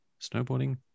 snowboarding